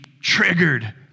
triggered